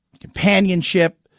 companionship